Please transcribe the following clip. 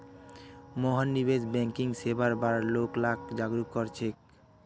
मोहन निवेश बैंकिंग सेवार बार लोग लाक जागरूक कर छेक